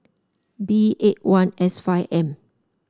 B eight one S five M